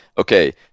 okay